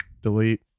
delete